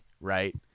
right